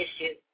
issues